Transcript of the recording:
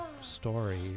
story